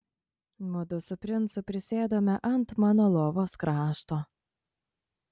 mudu su princu prisėdome ant mano lovos krašto